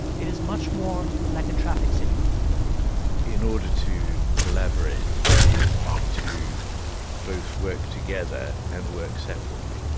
it is much more like a traffic signal in order to collaborate, you need to both work together and work separately.